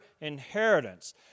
inheritance